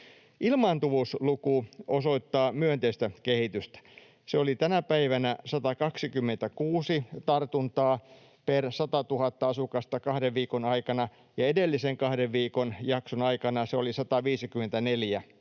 Ilmaantuvuusluku osoittaa myönteistä kehitystä. Se oli tänä päivänä 126 tartuntaa per 100 000 asukasta kahden viikon aikana, ja edellisen kahden viikon jakson aikana se oli 154.